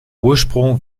ursprung